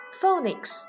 phonics